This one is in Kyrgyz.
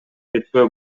кетпөө